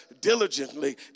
diligently